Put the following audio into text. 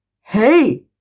Hey